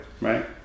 Right